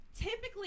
typically